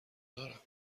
دارم